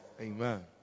Amen